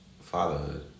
fatherhood